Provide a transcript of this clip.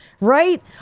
right